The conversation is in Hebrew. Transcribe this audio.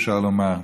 אפשר לומר,